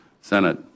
Senate